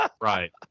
Right